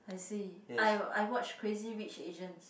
I see I I watch Crazy Rich Asians